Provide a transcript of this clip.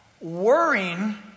worrying